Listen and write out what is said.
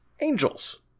angels